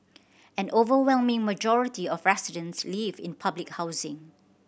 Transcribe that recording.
and overwhelming majority of residents live in public housing